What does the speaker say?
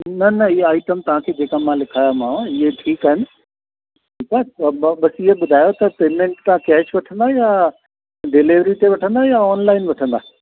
न न इहे आइटम तव्हांखे जेका मां लिखायामांव इहे ठीकु आहिनि ठीकु आहे ब बसि इहे ॿुधायो तव्हां पेमैंट तव्हां कैश वठंदो या डिलेवरी ते वठंदो ऑनलाइन वठंदा